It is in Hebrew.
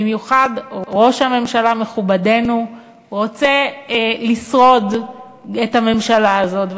במיוחד ראש הממשלה מכובדנו רוצה לשרוד את הממשלה הזאת.